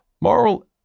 Moral